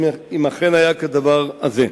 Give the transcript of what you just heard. אם אכן היה כדבר הזה.